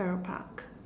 Farrer-Park